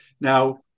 Now